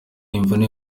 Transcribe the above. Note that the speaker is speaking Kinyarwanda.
imvune